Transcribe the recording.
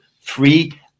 free